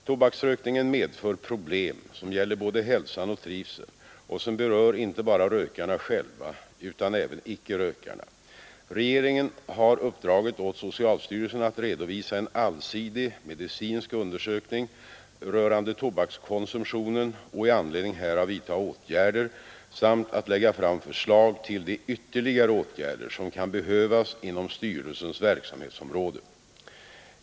Tobaksrökningen medför problem som gäller både hälsan och trivseln och som berör inte bara rökarna själva utan även icke-rökarna, Regeringen har uppdragit åt socialstyrelsen att redovisa en allsidig medicinsk undersökning rörande tobakskonsumtionen och i anledning härav vidtagna åtgärder samt att lägga fram förslag till de ytterligare åtgärder som kan behövas inom styrelsens verksamhetsområde.